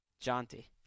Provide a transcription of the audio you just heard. jaunty